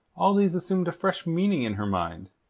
all these assumed a fresh meaning in her mind,